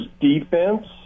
defense